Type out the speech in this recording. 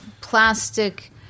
plastic